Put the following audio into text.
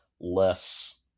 less